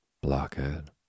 Blockhead